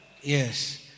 Yes